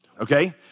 okay